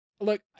Look